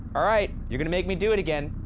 all right, you're gonna make me do it again.